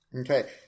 Okay